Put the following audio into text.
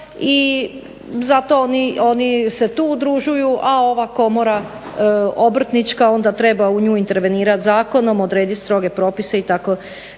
i zato oni se tu udružuju, a ova Obrtnička komora onda treba u nju intervenirati zakonom, odrediti stroge propise itd.